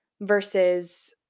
versus